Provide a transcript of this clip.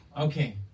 Okay